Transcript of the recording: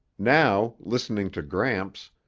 now, listening to gramps,